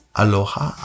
aloha